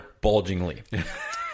bulgingly